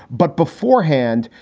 but beforehand.